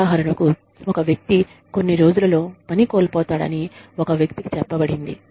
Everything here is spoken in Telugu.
ఉదాహరణకు ఒక వ్యక్తి కొన్ని రోజులలో పనిని కోల్పోతాడని ఒక వ్యక్తికి చెప్పబడుతుంది